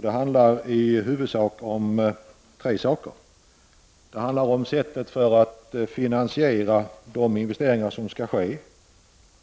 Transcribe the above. Det handlar i huvudsak om tre saker, sättet att finansiera de investeringar som skall ske,